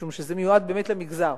משום שזה מיועד באמת למגזר.